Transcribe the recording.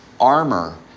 armor